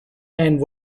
and